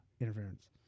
interference